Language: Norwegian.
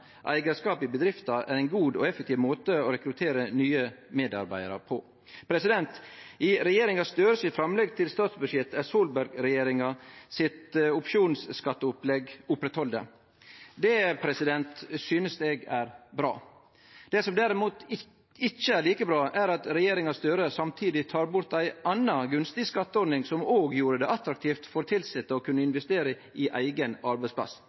på. I regjeringa Støre sitt framlegg til statsbudsjett er Solberg-regjeringa sitt opsjonsskatteopplegg oppretthalde. Det synest eg er bra. Det som derimot ikkje er like bra, er at regjeringa Støre samtidig tek bort ei anna gunstig skatteordning som òg gjorde det attraktivt for tilsette å kunne investere i eigen arbeidsplass.